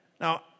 Now